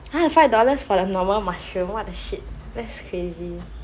!huh! five dollars for the normal mushroom what the shit that's crazy